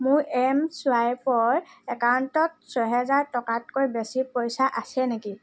মোৰ এম চুৱাইপৰ একাউণ্টত ছয় হেজাৰ টকাতকৈ বেছি পইচা আছে নেকি